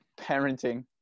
parenting